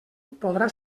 podrà